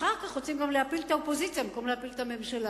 אחר כך רוצים גם להפיל את האופוזיציה במקום להפיל את הממשלה.